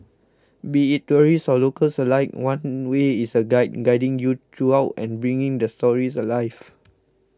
be it tourists or locals alike one way is a guide guiding you throughout and bringing the stories alive